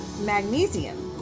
magnesium